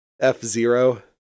F-Zero